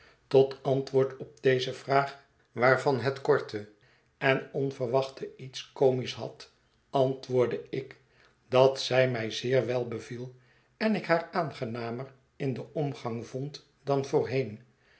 tot antwoord op deze vraag waarvan het korte en onverwachte iets comisch had antwoordde ik dat zij mij zeer wel beviel en ik haar aangenamer in den omgang vond dan voorheen